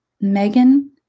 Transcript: Megan